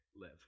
live